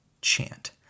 chant